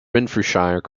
renfrewshire